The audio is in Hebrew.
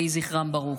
יהי זכרם ברוך.